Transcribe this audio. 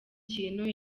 kintu